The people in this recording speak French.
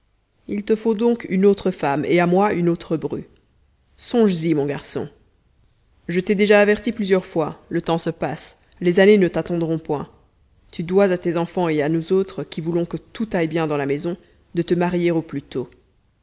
il te faut donc une autre femme et à moi une autre bru songes-y mon garçon je t'ai déjà averti plusieurs fois le temps se passe les années ne t'attendront point tu dois à tes enfants et à nous autres qui voulons que tout aille bien dans la maison de te marier au plus tôt